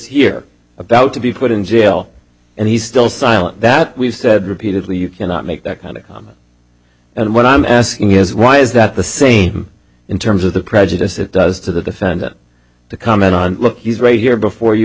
here about to be put in jail and he's still silent that we've said repeatedly you cannot make that kind of comment and what i'm asking is why is that the same in terms of the prejudice it does to the defendant the comment on look he's raised here before you